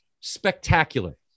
spectacular